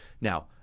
Now